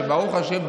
שברוך השם,